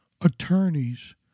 attorneys